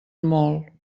mol